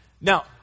Now